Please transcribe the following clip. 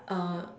err